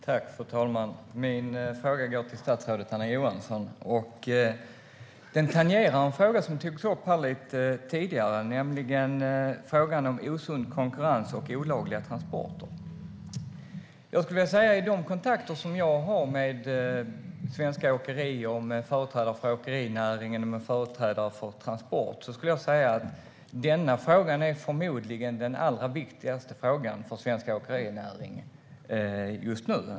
Fru talman! Min fråga går till statsrådet Anna Johansson. Den tangerar en fråga som togs upp här lite tidigare, nämligen frågan om osund konkurrens och olagliga transporter. I och med de kontakter som jag har med svenska åkerier, med företrädare för åkerinäringen och med företrädare för Transport skulle jag säga att denna fråga förmodligen är den allra viktigaste frågan för svensk åkerinäring just nu.